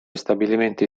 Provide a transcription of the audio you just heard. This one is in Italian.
stabilimenti